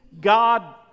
God